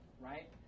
right